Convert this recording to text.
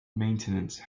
maintenance